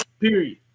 period